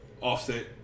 Offset